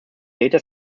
data